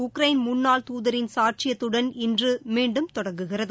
Ukraine முன்னாள் துதரின் சாட்சியத்துடன் இன்று மீண்டும் தொடங்குகிறது